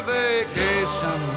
vacation